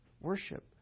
Worship